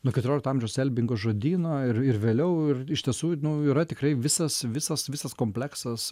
nuo keturiolikto amžiaus elbingo žodyno ir ir vėliau ir iš tiesų nu yra tikrai visas visas visas kompleksas